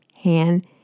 hand